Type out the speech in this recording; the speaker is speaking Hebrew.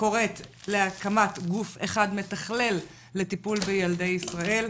קוראת להקמת גוף אחד מתכלל לטיפול בילדי ישראל.